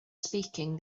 speaking